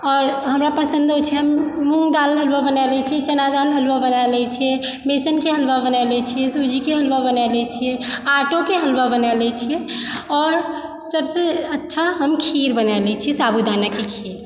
आओर हमरा पसन्दो छै हम मुङ्ग दालि हलवा बना लैत छियै जेना चना हलवा बना लैत छियै बेसनके हलवा बना लै छियै सूजीके हलवा बना लै छियै आटोके हलवा बना लै छियै आओर सबसँ अच्छा हम खीर बना लै छियै साबुदानाके खीर